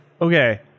okay